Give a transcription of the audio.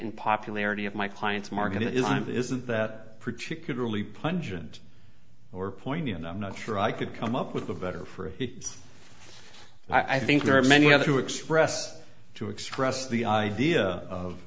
in popularity of my client's market isn't isn't that particularly pungent or poignant i'm not sure i could come up with a better for i think there are many other to express to express the idea